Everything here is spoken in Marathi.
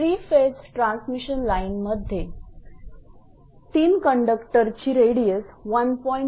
3 फेज ट्रान्समिशन लाईनमध्ये 3 कंडक्टरची रेडियस1